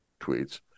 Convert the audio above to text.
tweets